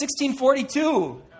1642